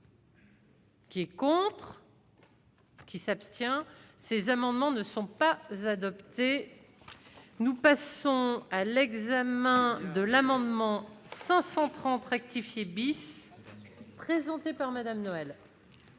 Qui est contres. Qui s'abstient ces amendements ne sont pas adoptés, nous passons à l'examen de l'amendement 530 rectifié bis présenté par Madame Noëlle.